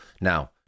Now